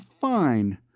fine